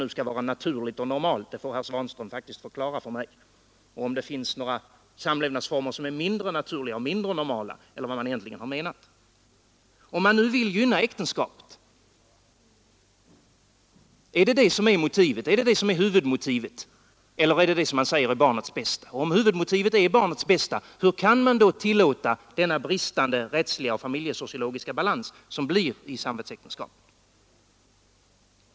Vad som är naturligt och normalt i det fallet får herr Svanström faktiskt förklara för mig, om det nu finns några samlevnadsformer som är mindre naturliga och mindre normala, eller vad det är han egentligen menar. Är det denna önskan att gynna äktenskapet som är huvudmotivet eller är det barnets bästa? Om huvudmotivet är barnets bästa, hur kan man då tillåta den bristande rättsliga och familjesociologiska balans som uppstår i samvetsäktenskap?